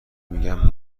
میگن